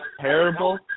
terrible